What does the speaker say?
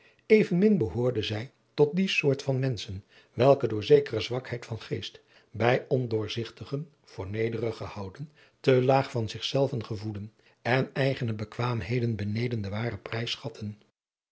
evenmin behoorde zij tot die soort van menschen welke door zekere zwakheid van geest bij ondoorzigadriaan loosjes pzn het leven van hillegonda buisman tigen voor nederig gehouden te laag van zich zelven gevoelen en eigene bekwaamheden beneden den waren